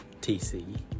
TC